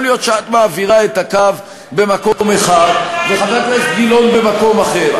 יכול להיות שאת מעבירה את הקו במקום אחד וחבר הכנסת גילאון במקום אחר.